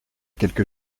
quelque